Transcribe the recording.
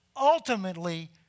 ultimately